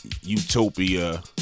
utopia